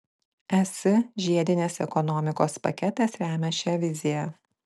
es žiedinės ekonomikos paketas remia šią viziją